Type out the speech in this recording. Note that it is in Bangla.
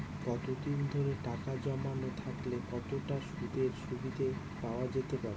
অনেকদিন ধরে টাকা জমানো থাকলে কতটা সুদের সুবিধে পাওয়া যেতে পারে?